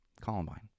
Columbine